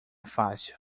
fácil